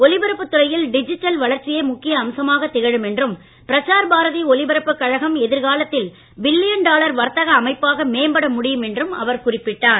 ஒலிபரப்புத் துறையில் டிஜிட்டல் வளர்ச்சியே முக்கிய அம்சமாகத் திகழும் என்றும் பிரசார் பாரதி ஒலிபரப்புக் கழகம் எதிர்காலத்தில் பில்லியன் டாலர் வர்த்தக அமைப்பாக மேம்பட முடியும் என்றும் அவர் குறிப்பிட்டார்